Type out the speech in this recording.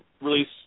release